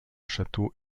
château